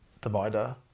divider